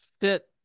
fit